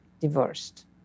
divorced